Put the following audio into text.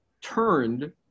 turned